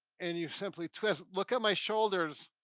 and you simply twist. look at my shoulders.